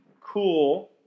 cool